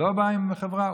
לא בא עם חברה,